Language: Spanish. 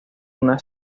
una